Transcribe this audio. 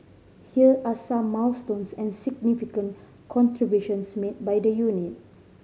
here are some milestones and significant contributions made by the unit